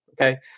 Okay